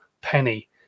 penny